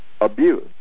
abuse